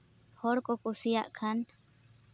ᱦᱚᱲ ᱠᱚ ᱠᱩᱥᱤᱭᱟᱜ ᱠᱷᱟᱱ